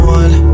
one